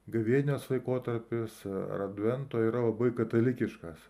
gavėnios laikotarpis ar advento yra labai katalikiškas